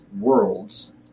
Worlds